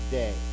day